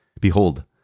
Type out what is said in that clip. Behold